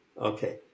Okay